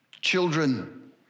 children